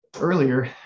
earlier